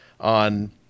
on